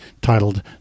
titled